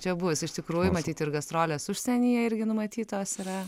čia bus iš tikrųjų matyt ir gastrolės užsienyje irgi numatytos yra